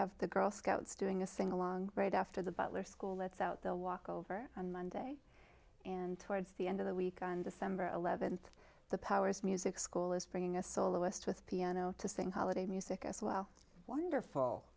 have the girl scouts doing a sing along right after the butler school lets out they'll walk over on monday and towards the end of the week on december eleventh the powers music school is bringing a soloist with piano to sing holiday music as well wonderful